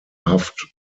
haft